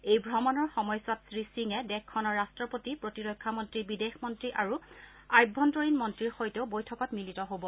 এই ভ্ৰমণৰ সময়ছোৱাত শ্ৰীসিঙে দেশখনৰ ৰট্টপতি প্ৰতিৰক্ষা মন্ত্ৰী বিদেশ মন্ত্ৰী আৰু আভ্যন্তৰীণ মন্ত্ৰীৰ সৈতেও বৈঠকত মিলিত হব